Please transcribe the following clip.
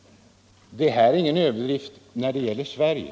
Det här är ingen överdrift när det gäller Sverige.